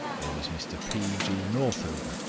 there was mr p. g. northover,